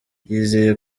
yizeye